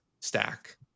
stack